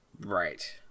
Right